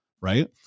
Right